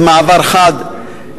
זה מעבר חד,